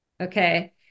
okay